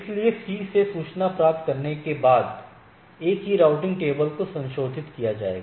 इसलिए C से सूचना प्राप्त करने के बाद A की राउटिंग टेबल को संशोधित किया जाएगा